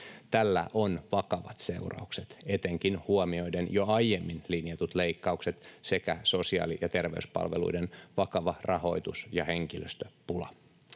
Tällä on vakavat seuraukset etenkin huomioiden jo aiemmin linjatut leikkaukset sekä sosiaali- ja terveyspalveluiden vakava rahoitus- ja henkilöstöpula.